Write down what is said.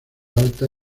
alta